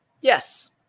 Yes